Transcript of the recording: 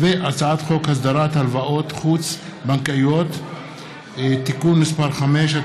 הצעת חוק הסדרת הלוואות חוץ-בנקאיות (תיקון מס' 5),